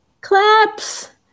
claps